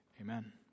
Amen